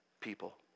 people